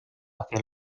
hacia